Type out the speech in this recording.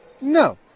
No